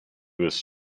was